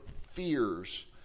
fears